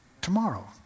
tomorrow